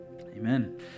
Amen